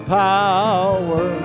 power